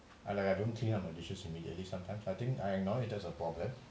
I like I don't clean up my dishes immediately sometimes I think I acknowledge that is a problem